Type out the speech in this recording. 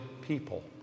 people